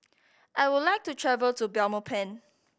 I would like to travel to Belmopan